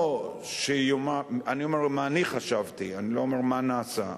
אני אומר מה אני חשבתי, אני לא אומר מה נעשה,